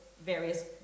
various